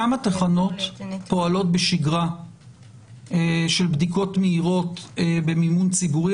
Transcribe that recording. כמה תחנות פועלות בשגרה של בדיקות מהירות במימון ציבורי?